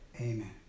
Amen